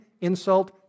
insult